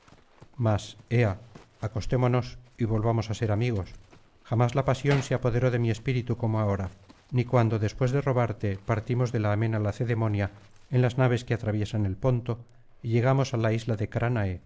ea acostémonos y volvamos á ser amigos jamás la pasión se apoderó d mi espíritu como ahora ni cuando después de robarte partimos de la amena lacedemonia en las naves que atraviesan el ponto y llegamos á la isla de cránae